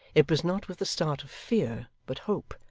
it was not with the start of fear but hope,